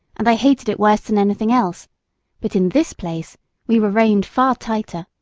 and i hated it worse than anything else but in this place we were reined far tighter,